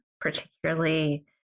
particularly